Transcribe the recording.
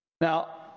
Now